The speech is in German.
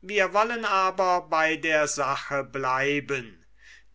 wir wollen aber bei der sache bleiben